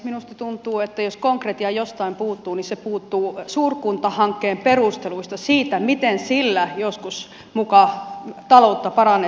minusta tuntuu että jos konkretia jostain puuttuu niin se puuttuu suurkuntahankkeen perusteluista siitä miten sillä joskus muka taloutta parannettaisiin